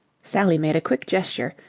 sally made a quick gesture,